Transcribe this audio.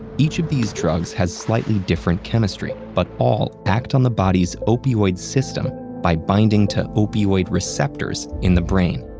each of these drugs has slightly different chemistry, but all act on the body's opioid system by binding to opioid receptors in the brain.